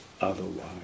otherwise